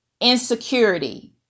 insecurity